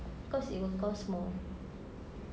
because it will cost more